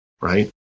Right